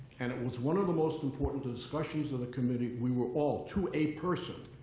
and it was one of the most important discussions of the committee. we were all, to a person,